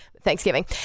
Thanksgiving